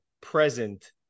present